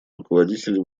руководителей